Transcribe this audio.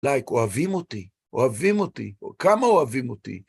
לייק, אוהבים אותי, אוהבים אותי, כמה אוהבים אותי.